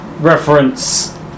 reference